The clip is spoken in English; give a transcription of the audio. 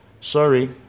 Sorry